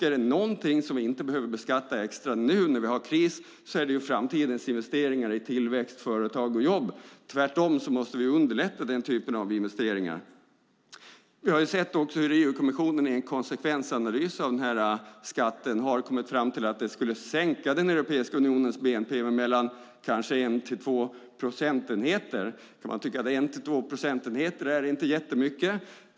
Är det någonting som vi inte behöver beskatta extra nu när vi har kris är det framtidens investeringar i tillväxt, företag och jobb. Vi måste tvärtom underlätta den typen av investeringar. Vi har sett hur EU-kommissionen i en konsekvensanalys av skatten har kommit fram till att den skulle sänka Europeiska unionens bnp med kanske 1-2 procentenheter. Man kan tycka att 1-2 procentenheter inte är jättemycket.